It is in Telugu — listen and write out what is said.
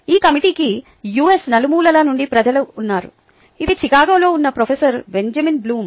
ఈ కమిటీకి యుఎస్ నలుమూలల నుండి ప్రజలు ఉన్నారు ఇది చికాగోలో ఉన్న ప్రొఫెసర్ బెంజమిన్ బ్లూమ్